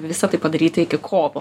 visą tai padaryti iki kovo